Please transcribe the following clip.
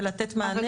בלתת מענה